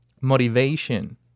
Motivation